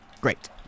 Great